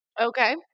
Okay